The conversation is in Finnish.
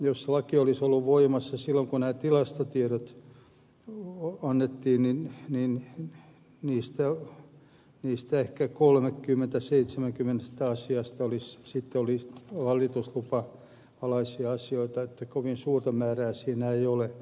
jos tämä laki olisi ollut voimassa silloin kun nämä tilastotiedot annettiin hänelle niistä hyvistä ja kolmeakymmentäseitsemää niin ehkä kolmekymmentä niistä seitsemästäkymmenestä asiasta olisi valitusluvan alaisia joten kovin suurta määrää tässä ei ole